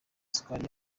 isukari